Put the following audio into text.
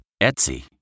Etsy